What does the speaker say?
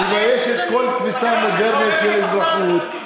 מביישת כל תפיסה מודרנית של אזרחות.